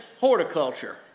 horticulture